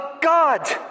God